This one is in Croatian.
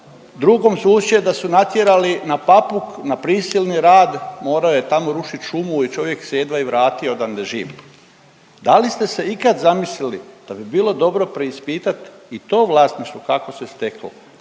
drugog susjeda su natjerali na Papuk na prisilni rad, morao je tamo rušit šumu i čovjek se jedva i vratio odande živ. Da li ste se ikad zamislili da bi bilo dobro preispitat i to vlasništvo kako se steklo,